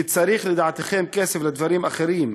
כי צריך, לדעתכם, כסף לדברים אחרים: